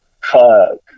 Fuck